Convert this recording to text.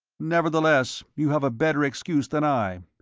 nevertheless, you have a better excuse than i.